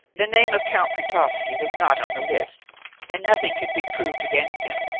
the name of count pretovsky was not on the list and nothing could be proved against him.